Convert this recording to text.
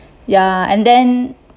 ya and then